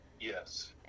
Yes